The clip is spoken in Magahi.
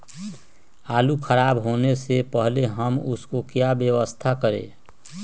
आलू खराब होने से पहले हम उसको क्या व्यवस्था करें?